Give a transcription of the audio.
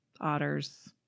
otters